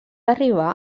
arribar